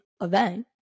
event